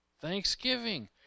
thanksgiving